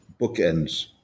bookends